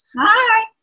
Hi